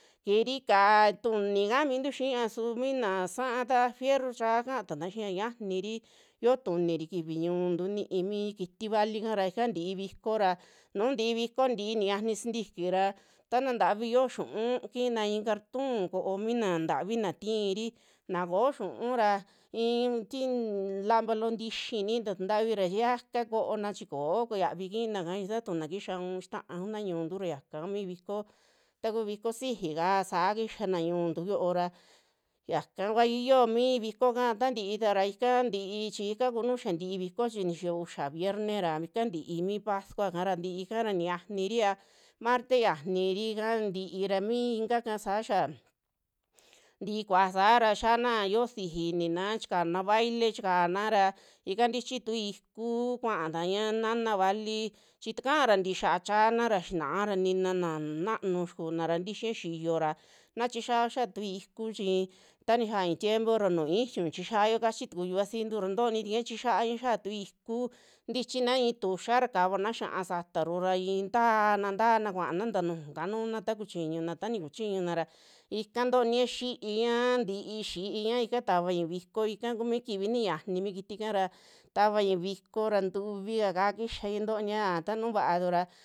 Kiiri ka'á tuni kaa mintu xiia su mi na sa'a ta fierro cha kaatana xiiya yianiri yoo tuniri kifi ñuntu nii mi kiti valika ra ika ntii viko ra, nuu ntii viko nti nixani sintiki ra taa naa ntavii yo xiu'un kina i'i cartun koó mina naa ntavii na tiri, na koo xiu'un ra i'in ti lampa loo tiixi niita tuntavi ra iaka koo xiavi kinaka satuu na kixaun xiita kuna ñu'untu ra xaka kumi viko, ta kuu viko sijika saa kixana ñu'untu yoo ra, yaka kua iyio mi vikoka a tantiita ra ika ntii chi ika kunu xia ntii viko chi nixiyo uxa vierne ra ika ntii mi pascua kaara tii kara, niyaniri a marte yianirika ntii ra mi ikaaka saa xaa ti kuaja saa ra xiana yoo sixi inina chikana baile, chikana ra ika tichi tu ikuu kuataña naana vali, chi takara tii xiaa chaana ra, xina'a ra nina naa nanu xikunara tixiña xiyo ra na tixao xaa tu iku chi ta nixaa i'i tiempo ru nuju i'iñu tixiao kachi tuku yuvasintu ra tooni tukuña tixiaña xia tuu iku, ntichina i'i tuxa ra kavana xia'a sataru ra i'in taana, taana kuana ntaa nujuka nuuna taku chiñuna ta koni kuchiñuna ra ika ntoniña xiiña, tii xiiña ika tavaña viko ika kumi kivi nixani mi kitika ra tavaña viko ra tuuvi aa ka kixaña toniña a taa nuvatu ra.